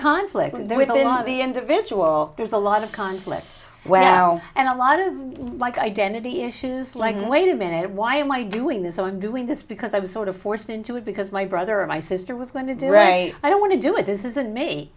conflict with the individual there's a lot of conflict well and a lot of like identity issues like wait a minute why am i doing this oh i'm doing this because i was sort of forced into it because my brother my sister was going to do right i don't want to do it this isn't me